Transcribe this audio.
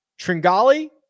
Tringali